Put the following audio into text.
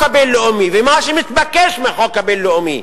הבין-לאומי ומה שמתבקש מהחוק הבין-לאומי